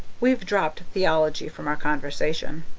we've dropped theology from our conversation.